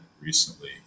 recently